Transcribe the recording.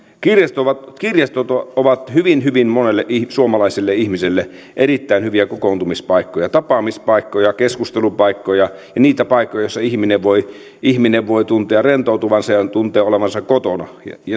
kirjastot ovat ovat hyvin hyvin monelle suomalaiselle ihmiselle erittäin hyviä kokoontumispaikkoja tapaamispaikkoja keskustelupaikkoja ja niitä paikkoja joissa ihminen voi ihminen voi tuntea rentoutuvansa ja tuntea olevansa kotona